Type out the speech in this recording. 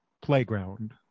playground